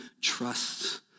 trust